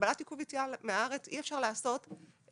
הגבלת עיכוב יציאה מן הארץ אי אפשר לעשות אם